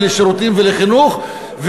לשירותים ולחינוך,